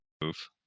move